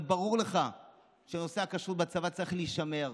הרי ברור לך שנושא הכשרות בצבא צריך להישמר,